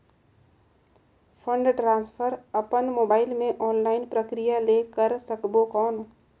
Fund transfer अपन mobile मे online प्रक्रिया ले कर सकबो कौन?